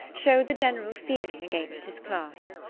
showed the general feeling against his class.